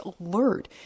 alert